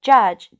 Judge